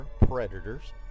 predators